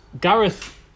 Gareth